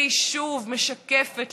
והיא שוב משקפת,